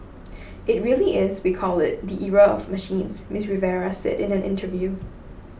it really is we call it the era of machines Miss Rivera said in an interview